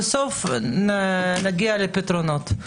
בסוף נגיע לפתרונות.